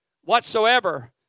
whatsoever